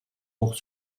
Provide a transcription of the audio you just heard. pour